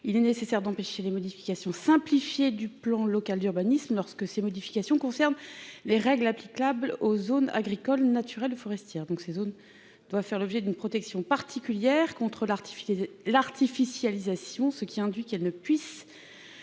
Il est nécessaire d'empêcher toute modification simplifiée du plan local d'urbanisme concernant les règles applicables aux zones agricoles, naturelles ou forestières. Ces dernières doivent faire l'objet d'une protection particulière contre l'artificialisation, ce qui suppose qu'elles ne puissent